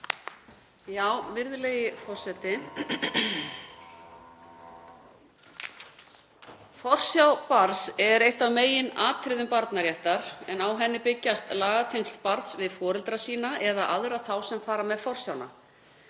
Virðulegi forseti. Forsjá barns er eitt af meginatriðum barnaréttar en á henni byggjast lagatengsl barns við foreldra sína eða aðra þá sem fara með forsjána.